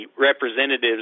representatives